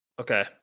Okay